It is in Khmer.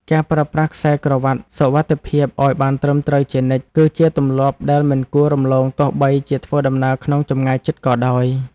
ការប្រើប្រាស់ខ្សែក្រវាត់សុវត្ថិភាពឱ្យបានត្រឹមត្រូវជានិច្ច គឺជាទម្លាប់ដែលមិនគួររំលងទោះបីជាធ្វើដំណើរក្នុងចម្ងាយជិតក៏ដោយ។